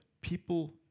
people